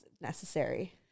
necessary